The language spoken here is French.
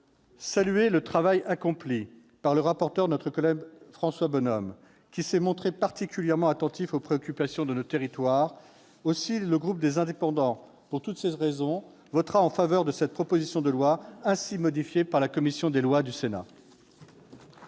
saluer le travail accompli par le rapporteur, notre collègue François Bonhomme, qui s'est montré particulièrement attentif aux préoccupations de nos territoires. Pour toutes ces raisons, le groupe Les Indépendants- République et Territoires votera en faveur de cette proposition de loi ainsi modifiée par la commission des lois du Sénat.